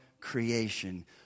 creation